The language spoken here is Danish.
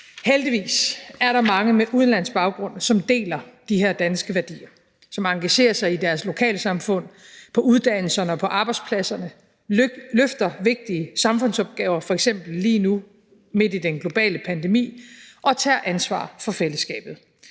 Heldigvis er der mange med udenlandsk baggrund, som deler de her danske værdier, som engagerer sig i deres lokalsamfund, på uddannelserne og på arbejdspladserne, og som løfter vigtige samfundsopgaver, f.eks. lige nu midt i den globale pandemi, og tager ansvar for fællesskabet,